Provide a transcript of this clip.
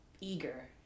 eager